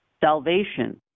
salvation